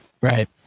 Right